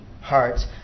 hearts